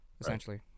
essentially